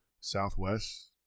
Southwest